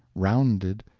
rounded,